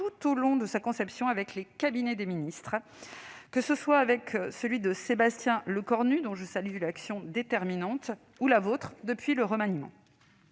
tout au long de sa conception avec les cabinets des ministres, tout d'abord avec celui de Sébastien Lecornu, dont l'action a été déterminante, puis avec le vôtre, depuis le remaniement.